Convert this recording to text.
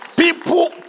People